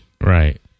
Right